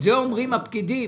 את זה אומרים הפקידים,